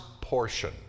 portion